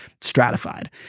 stratified